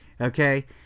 Okay